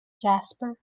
jasper